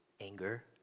anger